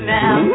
now